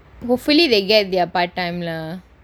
hopefully they get their part time lah